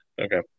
okay